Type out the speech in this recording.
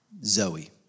Zoe